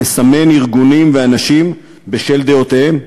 לסמן ארגונים ואנשים בשל דעותיהם?